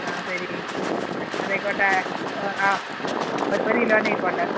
ആ ശരി അതായിക്കോട്ടെ ഒരു കിലോന്ന് ആയിക്കോട്ടെ